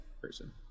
person